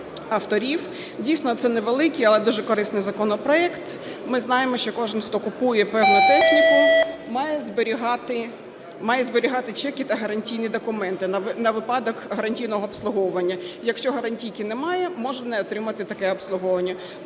Дійсно, це невеликий, але дуже корисний законопроект. Ми знаємо, що кожен, хто купує певну техніку, має зберігати чеки та гарантійні документи на випадок гарантійного обслуговування. Якщо гарантійки немає, може не отримати таке обслуговування.